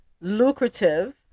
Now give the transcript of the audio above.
lucrative